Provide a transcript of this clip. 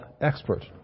expert